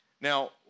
Now